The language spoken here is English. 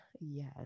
yes